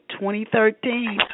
2013